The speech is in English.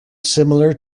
similar